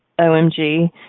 OMG